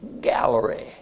gallery